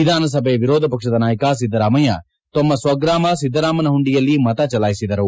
ವಿಧಾನಸಭೆ ವಿರೋಧ ಪಕ್ಷದ ನಾಯಕ ಸಿದ್ದರಾಮಯ್ಕ ತಮ್ಮ ಸ್ವಗ್ರಾಮ ಸಿದ್ದರಾಮನ ಮಂಡಿಯಲ್ಲಿ ಮತ ಚಲಾಯಿಸಿದರು